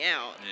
out